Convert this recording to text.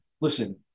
listen